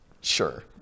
Sure